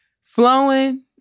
flowing